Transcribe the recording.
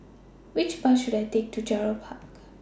Which Bus should I Take to Gerald Park